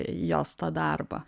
jos tą darbą